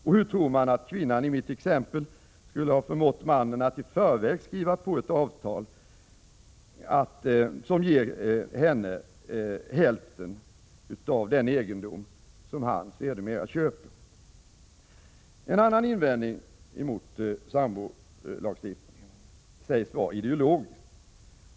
Och hur tror man att kvinnan i mitt exempel skulle ha förmått mannen att i förväg skriva på ett avtal som ger henne hälften av den egendom som han sedermera köper? En annan invändning mot sambolagstiftningen sägs vara ideologisk.